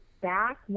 back